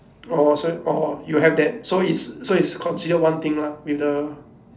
orh so orh you have that so it's so it's considered one thing lah with the